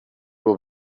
will